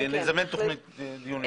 לזמן דיון ייחודי.